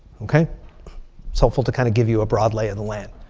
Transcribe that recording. okay? it's helpful to kind of give you a broad lay of the land,